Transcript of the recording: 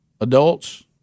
adults